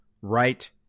right